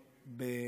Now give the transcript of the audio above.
אבותינו?